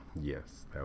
Yes